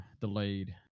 delayed